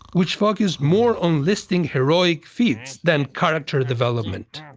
which focused more on listing heroic feats than character development.